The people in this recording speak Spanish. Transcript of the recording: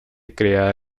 creada